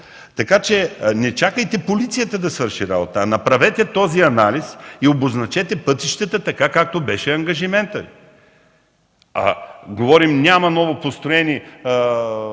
зимата. Не чакайте полицията да свърши работа. Направете този анализ и обозначете пътищата така, както беше ангажиментът Ви. Говорим, че няма новопостроени